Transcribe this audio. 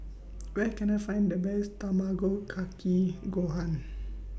Where Can I Find The Best Tamago Kake Gohan